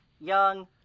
young